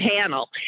panel